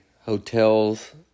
hotels